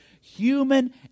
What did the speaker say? human